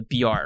BR